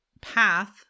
path